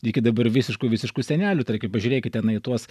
iki dabar visiškų visiškų senelių tarkim pažiūrėkite na į tuos